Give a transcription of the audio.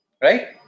right